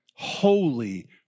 holy